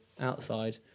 outside